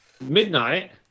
Midnight